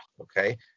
okay